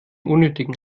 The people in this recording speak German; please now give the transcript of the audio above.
unnötigen